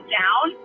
down